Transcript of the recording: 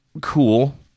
cool